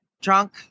drunk